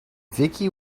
vicky